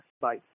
Bye